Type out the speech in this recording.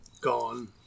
gone